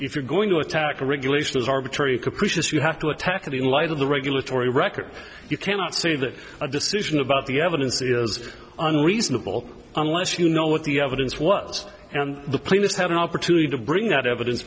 if you're going to attack a regulation is arbitrary capricious you have to attack it in light of the regulatory record you cannot say that a decision about the evidence is unreasonable unless you know what the evidence was and the plaintiffs had an opportunity to bring that evidence